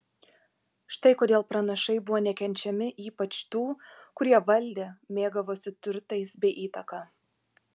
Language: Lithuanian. štai kodėl pranašai buvo nekenčiami ypač tų kurie valdė mėgavosi turtais bei įtaka